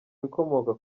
bikomoka